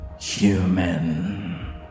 Human